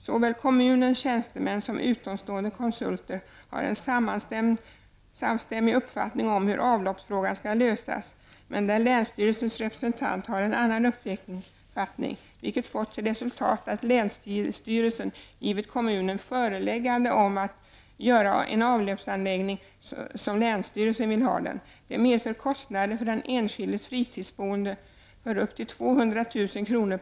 Såväl kommunens tjänstemän som utomstående konsulter har en samstämmig uppfattning om hur avloppsfrågan skall lösas, men länsstyrelsens representant har en annan uppfattning, vilket fått till resultat att länsstyrelsen har gett kommunen ett föreläggande om att göra avloppsanläggningen så som länsstyrelsen vill. Det medför kostnader för den enskildes fritidsboende med upp till 200 000 kr.